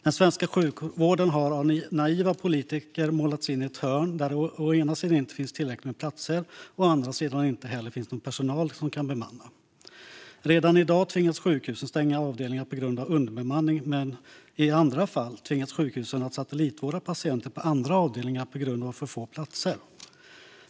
Den svenska sjukvården har av naiva politiker målats in i ett hörn där det å ena sidan inte finns tillräckligt med platser, å andra sidan inte heller finns någon personal som kan bemanna. Redan i dag tvingas sjukhus att stänga avdelningar på grund av underbemanning, medan sjukhus i andra fall tvingas satellitvårda patienter på andra avdelningar på grund av för få platser.